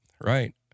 right